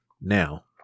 now